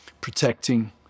protecting